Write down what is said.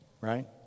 right